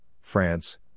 France